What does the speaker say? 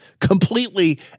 completely